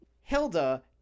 Hilda